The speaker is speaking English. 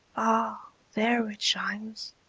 ah! there it shines,